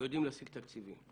ויודעים להשיג תקציבים.